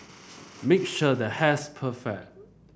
make sure the hair's perfect